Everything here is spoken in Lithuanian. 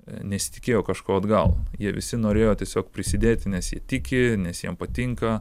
nesitikėjo kažko atgal jie visi norėjo tiesiog prisidėti nes jie tiki nes jiem patinka